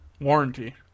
warranty